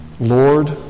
Lord